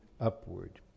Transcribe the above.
upward